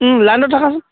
লাইনতে থাকাচোন